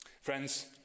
Friends